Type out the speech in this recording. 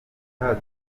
haza